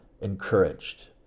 encouraged